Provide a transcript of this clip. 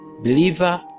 believer